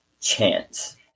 chance